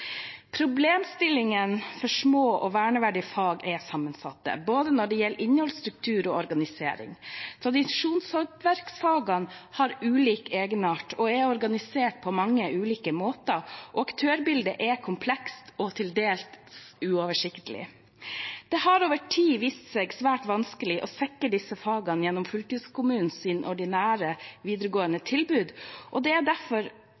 for små og verneverdige fag er sammensatte når det gjelder både innhold, struktur og organisering. Tradisjonshåndverksfagene har ulik egenart og er organisert på mange ulike måter, og aktørbildet er komplekst og til dels uoversiktlig. Det har over tid vist seg svært vanskelig å sikre disse fagene gjennom fylkeskommunenes ordinære videregående tilbud, og det er derfor